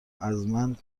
ازمن